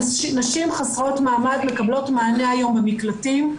נשים חסרות מעמד מקבלות מענה היום במקלטים,